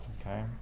Okay